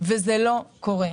וזה לא קורה.